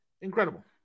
incredible